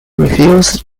refused